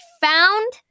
found